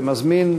ומזמין,